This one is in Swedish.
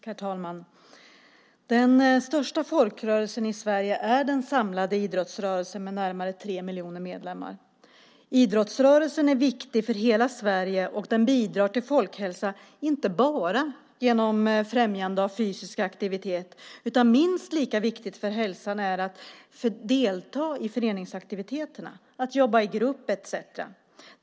Herr talman! Den största folkrörelsen i Sverige är den samlade idrottsrörelsen med närmare 3 miljoner medlemmar. Idrottsrörelsen är viktig för hela Sverige. Den bidrar till folkhälsa inte bara genom främjande av fysisk aktivitet, utan minst lika viktigt för hälsan är att få delta i föreningsaktiviteterna, att jobba i grupp etcetera.